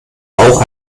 auch